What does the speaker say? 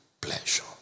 pleasure